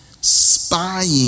Spying